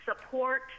support